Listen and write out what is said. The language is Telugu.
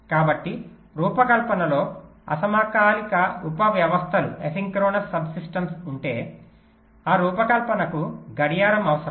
కాబట్టి రూపకల్పనలో అసమకాలిక ఉప వ్యవస్థలు ఉంటే ఆ రూపకల్పనకు గడియారం అవసరం